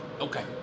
Okay